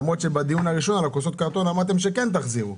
למרות שבדיון הראשון על כוסות הקרטון אמרתם שכן תחזירו,